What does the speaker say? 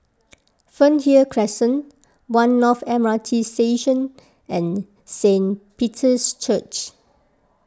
Fernhill Crescent one North M R T Station and Saint Peter's Church